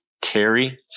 Terry